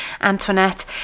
Antoinette